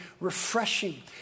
refreshing